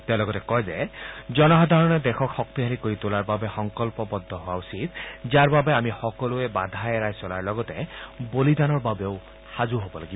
তেওঁ লগতে কয় যে জনসাধাৰণে দেশক শক্তিশালী কৰি তোলাৰ বাবে সংকল্পবদ্ধ হোৱা উচিত যাৰ বাবে আমি সকলোৱে বাধা এৰাই চলাৰ লগতে বলিদানৰ বাবেও সাজু হব লাগিব